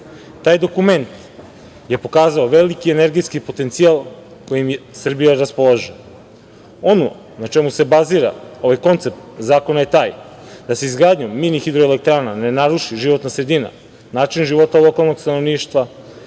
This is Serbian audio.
Taj dokument je pokazao veliki energetski potencijal kojim Srbija raspolaže. Ono na čemu se bazira ovaj koncept zakona je taj da se izgradnjom mini-hidroelektrana ne naruši životna sredina, način života okolnog stanovništva,